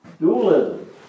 Dualism